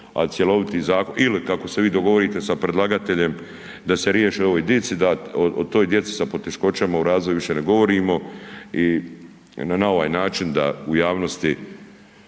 a cjeloviti zakon, ili kako se vi dogovorite sa predlagateljem da se riješi ovoj djeci dati. O toj djeci sa poteškoćama u razvoju više ne govorimo i na ovaj način da u javnosti